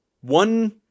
one